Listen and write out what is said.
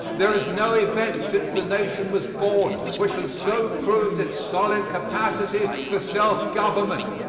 there is no event since the nation was born which has so proved its solid capacity for self-government.